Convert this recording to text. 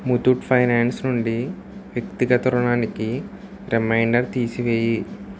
Muthoot finance నుండి వ్యక్తిగత రుణానికి రిమైండర్ తీసి వేయి